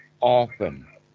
often